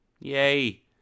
Yay